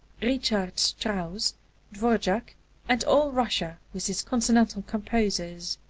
richard strauss, dvorak and all russia with its consonantal composers.